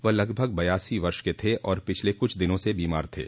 वह लगभग बयासी वर्ष के थे और पिछले कुछ दिनों से बीमार थे